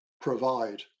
provide